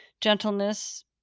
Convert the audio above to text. gentleness